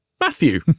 matthew